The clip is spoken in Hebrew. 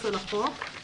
בוקר טוב.